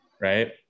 right